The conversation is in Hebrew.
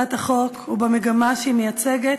בהצעת החוק ובמגמה שהיא מייצגת.